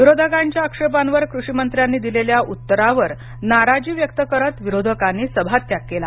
विरोधकांच्या आक्षेपांवर कृषी मंत्र्यांनी दिलेल्या उत्तरावर नाराजी व्यक्त करत विरोधकांनी सभात्याग केला